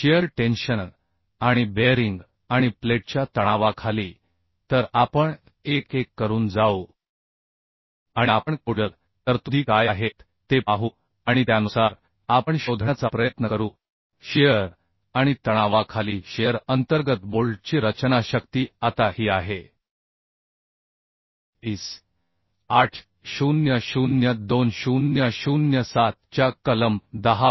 shear tension आणि bearing आणि प्लेटच्या तणावाखाली तर आपण एक एक करून जाऊ आणि आपण कोडल तरतुदी काय आहेत ते पाहू आणि त्यानुसार आपण शोधण्याचा प्रयत्न करू शियर आणि तणावाखाली शिअर अंतर्गत बोल्टची रचना शक्ती आता ही आहे IS 800 2007 च्या कलम 10